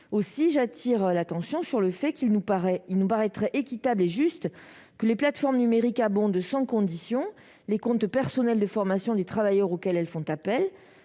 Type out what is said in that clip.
J'attire donc l'attention sur le fait qu'il nous paraîtrait équitable et juste que les plateformes numériques abondent sans condition les comptes personnels de formation des travailleurs auxquels elles font appel